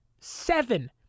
seven